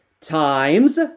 times